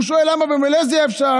והוא שאל: "למה במלזיה אפשר?